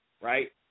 right